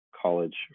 college